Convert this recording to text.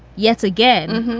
yet again,